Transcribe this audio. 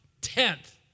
tenth